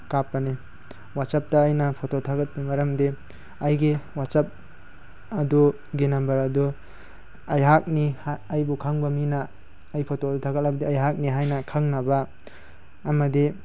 ꯀꯥꯞꯄꯅꯤ ꯋꯥꯆꯞꯇ ꯑꯩꯅ ꯐꯣꯇꯣ ꯊꯥꯒꯠꯄꯒꯤ ꯃꯔꯝꯗꯤ ꯑꯩꯒꯤ ꯋꯥꯆꯞ ꯑꯗꯨꯒꯤ ꯅꯝꯕꯔ ꯑꯗꯨ ꯑꯩꯍꯥꯛꯅꯤ ꯑꯩꯕꯨ ꯈꯪꯕ ꯃꯤꯅ ꯑꯩ ꯐꯣꯇꯣꯗꯨ ꯊꯥꯒꯠꯂꯕꯗꯤ ꯑꯩꯍꯥꯛꯅꯤ ꯍꯥꯏꯅ ꯈꯪꯅꯕ ꯑꯃꯗꯤ